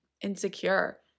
insecure